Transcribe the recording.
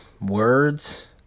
words